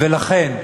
ולכן,